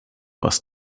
was